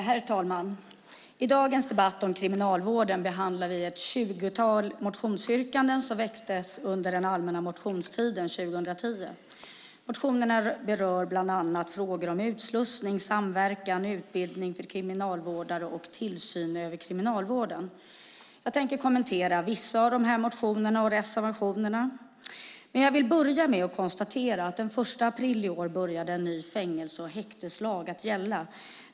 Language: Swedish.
Herr talman! I dagens debatt om kriminalvården behandlar vi ett tjugotal motionsyrkanden som väcktes under allmänna motionstiden 2010. Motionerna berör bland annat frågor om utslussning, samverkan, utbildning för kriminalvårdare och tillsyn över kriminalvården. Jag tänker kommentera vissa av dessa motioner och reservationer. Jag vill börja med att konstatera att den 1 april i år började en ny fängelse och häkteslag att gälla.